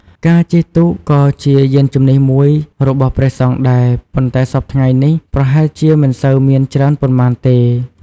ការជិះទូកក៏ជាយានជំនិះមួយរបស់ព្រះសង្ឃដែរ ប៉ុន្តែសព្វថ្ងៃនេះប្រហែលជាមិនសូវមានច្រើនប៉ុន្មានទេ។